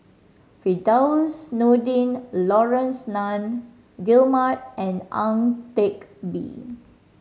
Firdaus Nordin Laurence Nunn Guillemard and Ang Teck Bee